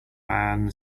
man